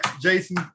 Jason